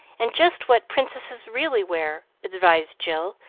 and just what princesses really wear, advised jill,